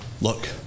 look